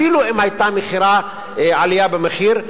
אפילו אם היתה עלייה במחיר,